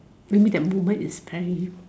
that mean that moment is the